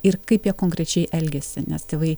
ir kaip jie konkrečiai elgiasi nes tėvai